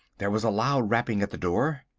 there was a loud rapping at the door.